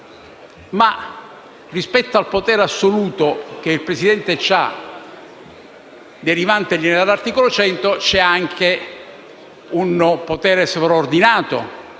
Ma, rispetto al potere assoluto del Presidente, derivantegli dall'articolo 100, c'è anche un potere sovraordinato,